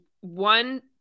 one